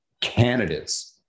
candidates